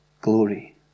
glory